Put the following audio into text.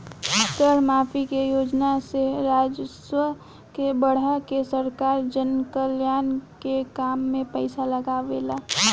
कर माफी के योजना से राजस्व के बढ़ा के सरकार जनकल्याण के काम में पईसा लागावेला